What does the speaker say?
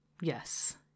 Yes